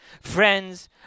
Friends